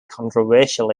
controversial